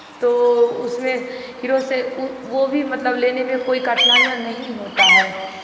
तो उसमें हीरो से वो भी मतलब लेने में कोई कठिनाइयाँ नहीं होता है